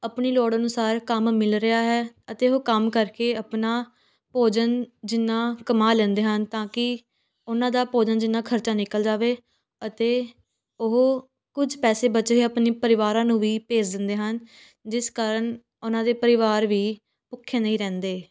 ਆਪਣੀ ਲੋੜ ਅਨੁਸਾਰ ਕੰਮ ਮਿਲ ਰਿਹਾ ਹੈ ਅਤੇ ਉਹ ਕੰਮ ਕਰਕੇ ਆਪਣਾ ਭੋਜਨ ਜਿੰਨਾਂ ਕਮਾ ਲੈਂਦੇ ਹਨ ਤਾਂ ਕਿ ਉਨ੍ਹਾਂ ਦਾ ਭੋਜਨ ਜਿੰਨਾਂ ਖਰਚਾ ਨਿਕਲ ਜਾਵੇ ਅਤੇ ਉਹ ਕੁਝ ਪੈਸੇ ਬਚੇ ਹੋਏ ਆਪਣੇ ਪਰਿਵਾਰਾਂ ਨੂੰ ਵੀ ਭੇਜ ਦਿੰਦੇ ਹਨ ਜਿਸ ਕਾਰਨ ਉਨ੍ਹਾਂ ਦੇ ਪਰਿਵਾਰ ਵੀ ਭੁੱਖੇ ਨਹੀਂ ਰਹਿੰਦੇ